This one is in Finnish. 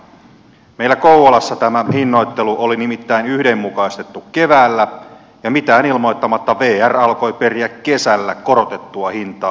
meillä kouvolassa tämä hinnoittelu oli nimittäin yhdenmukaistettu keväällä ja mitään ilmoittamatta vr alkoi periä kesällä korotettua hintaa